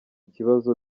kibazo